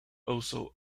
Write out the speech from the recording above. also